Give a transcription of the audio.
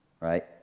right